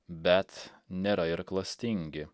bet nėra ir klastingi